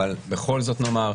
אבל בכל זאת נאמר.